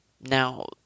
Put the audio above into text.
Now